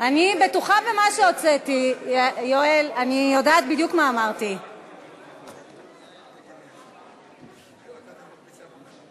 חבר כנסת שלא הצביע, לא אמרת שתמה ההצבעה.